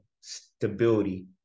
stability